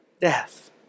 death